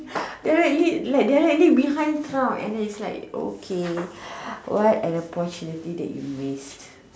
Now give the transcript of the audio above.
directly like behind Trump and I'm like okay what an opportunity that you missed